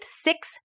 six